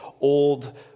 old